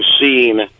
seen